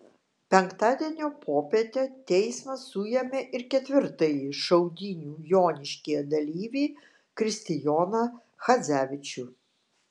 penktadienio popietę teismas suėmė ir ketvirtąjį šaudynių joniškyje dalyvį kristijoną chadzevičių